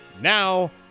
now